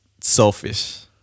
selfish